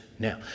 Now